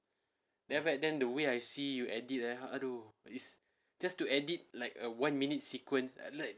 then after that then the way I see you edit ah !aduh! is just to edit like a one minute sequence like